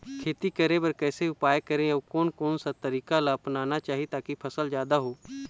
खेती करें बर कैसे उपाय करें अउ कोन कौन सा तरीका ला अपनाना चाही ताकि फसल जादा हो?